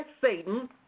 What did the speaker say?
Satan